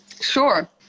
Sure